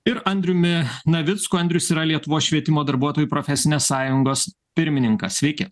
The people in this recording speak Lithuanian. ir andriumi navicku andrius yra lietuvos švietimo darbuotojų profesinės sąjungos pirmininkas sveiki